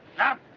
no,